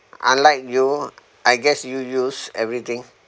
unlike you I guess you use everything